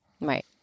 Right